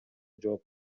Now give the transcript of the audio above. жооп